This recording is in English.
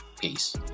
Peace